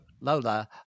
Lola